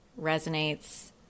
resonates